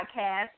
podcast